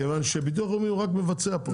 כיוון שהביטוח הלאומי רק מבצע פה.